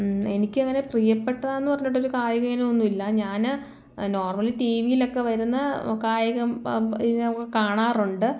എനിക്കങ്ങനെ പ്രിയപ്പെട്ടതാന്ന് പറഞ്ഞിട്ടൊരു കായിക വിനോദം ഒന്നുമില്ല ഞാൻ നോർമൽ ടി വിയിലൊക്കെ വരുന്ന കായികം കാണാറുണ്ട്